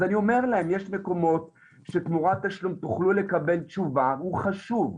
אני אומר להן "..יש מקומות שתמורת תשלום תוכלו לקבל תשובה והוא חשוב.."